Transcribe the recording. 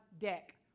deck